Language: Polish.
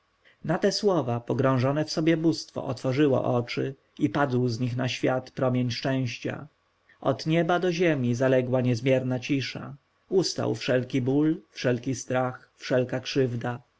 na te słowa pogrążone w sobie bóstwo otworzyło oczy i padł z nich na świat promień szczęścia od nieba do ziemi zaległa niezmierna cisza ustał wszelki ból wszelki strach wszelka krzywda